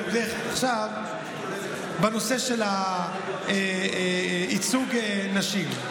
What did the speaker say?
עכשיו, בנושא ייצוג נשים,